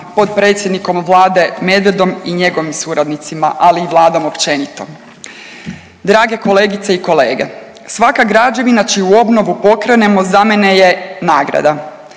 potpredsjednikom Vlade Medvedom i njegovim suradnicima, ali i Vladom općenito. Drage kolegice i kolege, svaka građevina čiju obnovu pokrenemo za mene je nagrada.